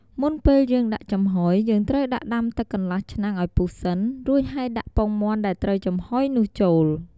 មុនពេលយើងដាក់ចំហុយ យើងត្រូវដាក់ដាំទឹកកន្លះឆ្នាំងឲ្យពុះសិន រួចហើយដាក់ពងមាន់ដែលត្រូវចំហុយនោះចូល។